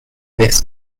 this